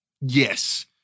Yes